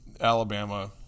Alabama